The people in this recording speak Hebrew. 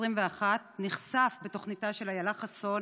2021 נחשף בתוכניתה של אילה חסון